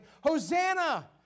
Hosanna